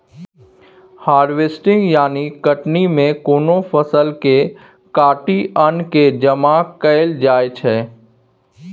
harvesting यानी कटनी मे कोनो फसल केँ काटि अन्न केँ जमा कएल जाइ छै